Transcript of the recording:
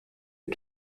est